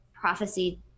Prophecy